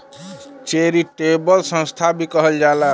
charitable संस्था भी कहल जाला